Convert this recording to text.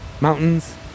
mountains